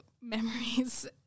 memories